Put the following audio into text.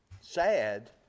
sad